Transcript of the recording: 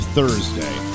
Thursday